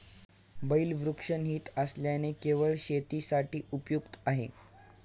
बैल वृषणरहित असल्याने केवळ शेतीसाठी उपयुक्त आहे